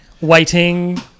waiting